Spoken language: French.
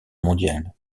mondiale